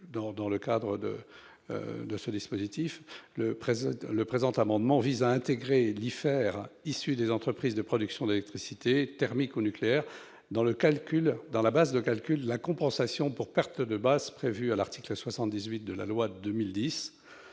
générée par cette IFER. Le présent amendement vise à intégrer l'IFER issue des entreprises de production d'électricité thermique ou nucléaire dans la base de calcul de la compensation pour perte de base prévue à l'article 78 de la loi de